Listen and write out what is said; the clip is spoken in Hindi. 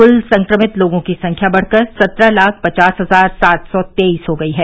क्ल संक्रमित लोगों की संख्या बढ़ कर सत्रह लाख पचास हजार सात सौ तेईस हो गई है